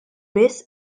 biss